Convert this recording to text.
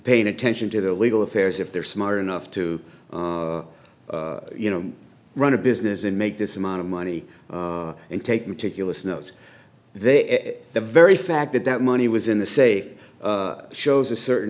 paying attention to their legal affairs if they're smart enough to you know run a business and make this amount of money and take meticulous notes there the very fact that that money was in the safe shows a certain